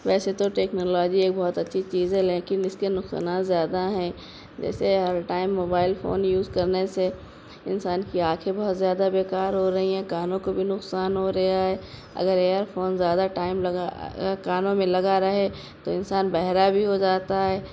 ویسے تو ٹیکنالوجی ایک بہت اچھی چیز ہے لیکن اس کے نقصانات زیادہ ہیں جیسے ہر ٹائم موبائل فون یوز کرنے سے انسان کی آنکھیں بہت زیادہ بیکار ہو رہی ہیں کانوں کو بھی نقصان ہو ریا ہے اگر ایئر فون زیادہ ٹائم لگا کانوں میں لگا رہے تو انسان بہرا بھی ہو جاتا ہے